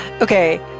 okay